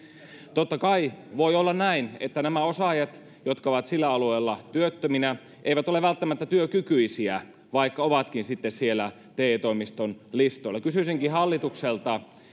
totta kai voi olla näin että nämä osaajat jotka ovat sillä alueella työttöminä eivät ole välttämättä työkykyisiä vaikka ovatkin siellä te toimiston listoilla kysyisinkin hallitukselta